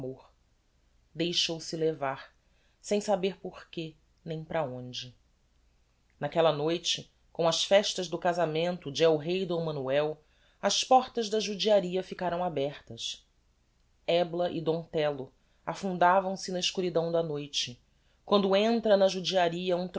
amor deixou-se levar sem saber porque nem para onde n'aquella noite com as festas do casamento de el-rei d manuel as portas da judiaria ficaram abertas ebla e d tello afundavam se na escuridão da noite quando entra na judiaria um